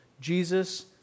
Jesus